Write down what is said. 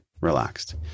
relaxed